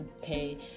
Okay